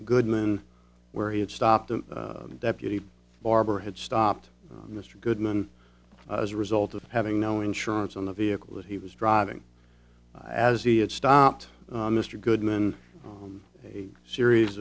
goodman where he had stopped a deputy barber had stopped mr goodman as a result of having no insurance on the vehicle that he was driving as he had stopped mr goodman from a series